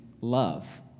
love